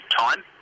time